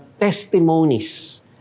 testimonies